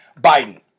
Biden